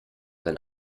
wenn